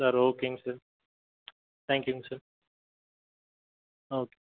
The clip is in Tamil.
சார் ஓகேங்க சார் தேங்க் யூங்க சார் ஓகே